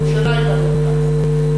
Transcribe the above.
וירושלים במרכז.